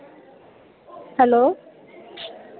hello